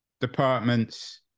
Department's